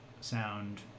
sound